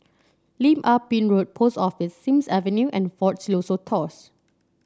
Lim Ah Pin Road Post Office Sims Avenue and Fort Siloso Tours